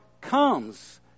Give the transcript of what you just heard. comes